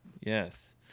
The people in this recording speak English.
Yes